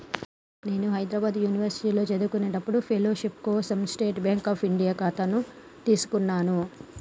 నేను హైద్రాబాద్ యునివర్సిటీలో చదువుకునేప్పుడు ఫెలోషిప్ కోసం స్టేట్ బాంక్ అఫ్ ఇండియా ఖాతాను తీసుకున్నాను